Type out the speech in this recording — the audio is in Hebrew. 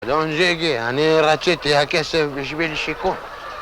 לא נזיגי, אני רציתי הכסף בשביל שיקום